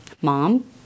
mom